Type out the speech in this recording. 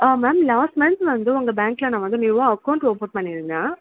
ஆ ma'am last month வந்து உங்கள் பேங்கில் நான் வந்து நியூவாக அக்கௌண்ட்டு ஓப்பன் பண்ணியிருந்தேன்